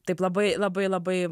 taip labai labai labai